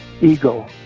Ego